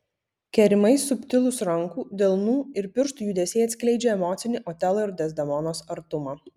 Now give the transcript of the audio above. kerimai subtilūs rankų delnų ir pirštų judesiai atskleidžia emocinį otelo ir dezdemonos artumą